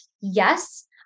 yes